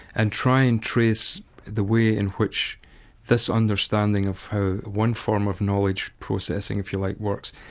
and try and trace the way in which this understanding of how one form of knowledge processing, if you like, works,